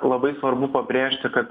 labai svarbu pabrėžti kad